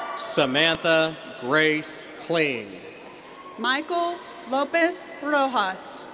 samantha grace kling michael lopez rojas.